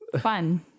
fun